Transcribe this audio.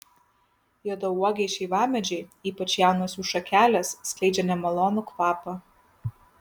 juodauogiai šeivamedžiai ypač jaunos jų šakelės skleidžia nemalonų kvapą